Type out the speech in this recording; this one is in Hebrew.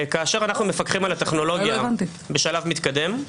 כאשר אנחנו מפקחים על הטכנולוגיה בשלב מתקדם,